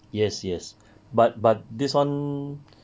yes yes but but this one